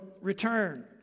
return